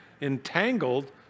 entangled